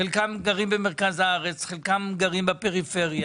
שחלקם גרים במרכז הארץ, חלקם גרים בפריפריה,